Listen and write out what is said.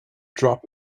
drop